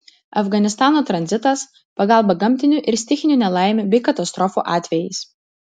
afganistano tranzitas pagalba gamtinių ir stichinių nelaimių bei katastrofų atvejais